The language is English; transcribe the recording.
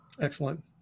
Excellent